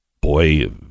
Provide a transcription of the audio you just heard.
Boy